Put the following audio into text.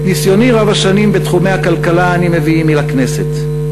את ניסיוני רב-השנים בתחומי הכלכלה אני מביא עמי לכנסת.